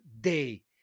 day